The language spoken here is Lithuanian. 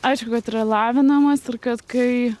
aišku kad yra lavinamas ir kad kai